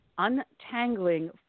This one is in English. Untangling